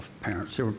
parents